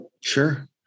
Sure